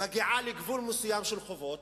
מגיעה לגבול מסוים של חובות,